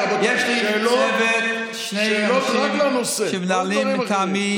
יש לי צוות, שני אנשים שמנהלים מטעמי,